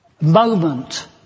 moment